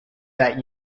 that